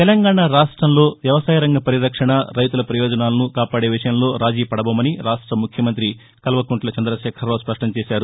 తెలంగాణా రాష్ట్రంలో వ్యవసాయ రంగ పరిరక్షణ రైతుల ప్రయోజనాలను కాపాడే విషయంలో రాజీ పడబోమని రాష్ట ముఖ్యమంతి కల్వకుంట్ల చంద్రశేఖరరావు స్పష్టం చేశారు